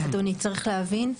אדוני, צריך להבין.